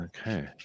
Okay